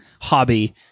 hobby